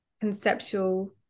conceptual